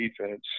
defense